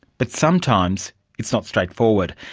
but sometimes it's not straightforward,